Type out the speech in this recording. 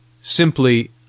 Simply